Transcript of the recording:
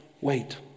wait